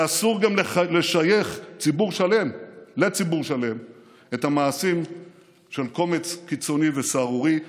ואסור גם לשייך לציבור שלם את המעשים של קומץ קיצוני וסהרורי,